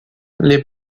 les